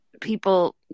people